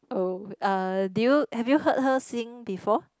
oh uh did you have you heard her sing before